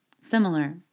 similar